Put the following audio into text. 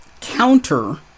counter